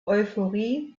euphorie